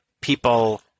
people